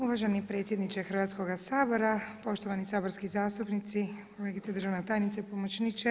Uvaženi predsjedniče Hrvatskoga sabora, poštovani saborski zastupnici, kolegice državna tajnice, pomoćniče.